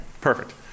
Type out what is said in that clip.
Perfect